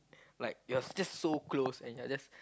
like you're just so close and you're just